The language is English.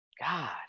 God